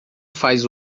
faz